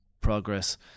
progress